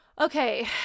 okay